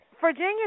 Virginia